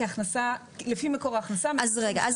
כי לפי מקור ההכנסה משלח יד.